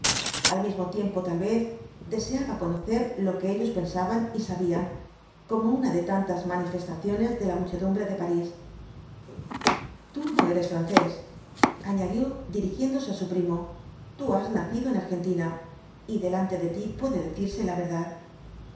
al mismo tiempo tal vez deseaba conocer lo que ellos pensaban y sabían como una de tantas manifestaciones de la muchedumbre de parís tú no eres francés añadió dirigiéndose á sa primo tú has nacido en argentina y delante de ti puede decirse la verdad